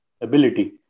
ability